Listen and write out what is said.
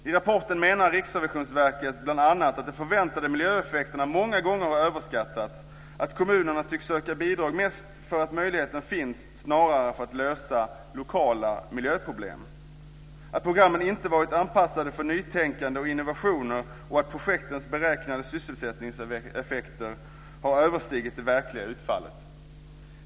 I rapporten menar RRV bl.a. att de förväntade miljöeffekterna många gånger har överskattats, att kommunerna tycks söka bidrag mest för att möjligheten finns snarare än för att lösa lokala miljöproblem, att programmen inte varit anpassade för nytänkande och innovationer och att projektens beräknade sysselsättningseffekter har överstigit det verkliga utfallet.